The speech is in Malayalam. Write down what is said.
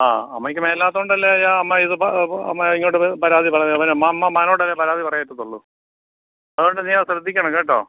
ആ അമ്മയ്ക്ക് മേലാത്തതുകൊണ്ടല്ലേ അമ്മയിത് അമ്മയിങ്ങോട്ട് പരാതി പറഞ്ഞത് അമ്മ മകനോടല്ലേ പരാതി പറയത്തുളളൂ അതുകൊണ്ട് നീയത് ശ്രദ്ധിക്കണം കേട്ടോ